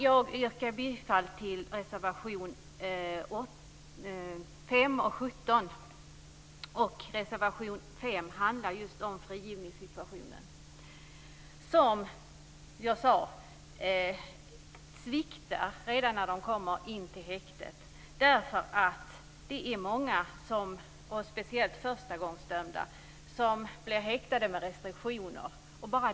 Jag yrkar bifall till reservationerna 5 Reservation 5 handlar just om frigivningssituationen. Arbetet sviktar redan vid intagningen på häktet. Det är många - speciellt förstagångsdömda - som är häktade med restriktioner.